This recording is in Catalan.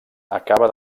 acaba